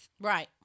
right